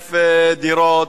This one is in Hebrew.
100,000 דירות